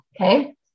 okay